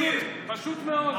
פשוט מאוד.